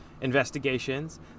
investigations